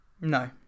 No